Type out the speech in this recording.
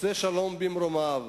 "עושה שלום במרומיו